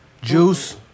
Juice